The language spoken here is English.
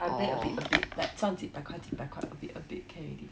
I play a bit a bit like 赚几百块几百块 a bit a bit can already